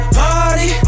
party